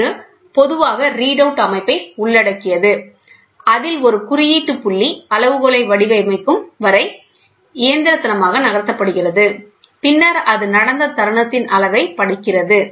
இது பொதுவாக ஒரு ரீட் அவுட் அமைப்பை உள்ளடக்கியது அதில் ஒரு குறியீட்டு புள்ளி அளவுகோலை வடிவமைக்கும் வரை இயந்திரத்தனமாக நகர்த்தப்படுகிறது பின்னர் அது நடந்த தருணத்தின் அளவைப் படிக்கிறது